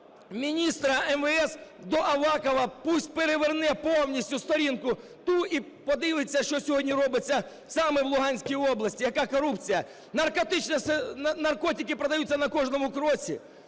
міністра МВС, до Авакова: хай переверне повністю сторінку ту і подивиться, що сьогодні робиться саме в Луганській області, яка корупція. Наркотики продаються на кожному кроці,